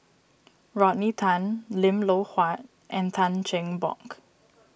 Rodney Tan Lim Loh Huat and Tan Cheng Bock